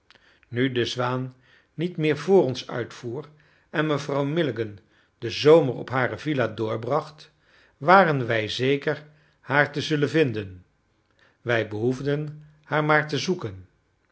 nu de zwaan niet meer vr ons uitvoer en mevrouw milligan den zomer op hare villa doorbracht waren wij zeker haar te zullen vinden wij behoefden haar maar te zoeken